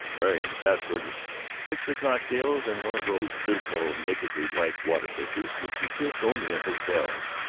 miriam sassburger mixed the cocktails in one of those dismal, nakedly white water-pitchers which exist only in hotels.